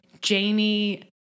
Jamie